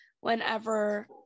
whenever